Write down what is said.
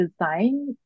design